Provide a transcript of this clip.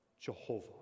Jehovah